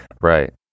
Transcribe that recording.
Right